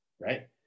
right